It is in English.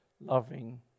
loving